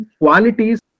qualities